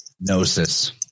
gnosis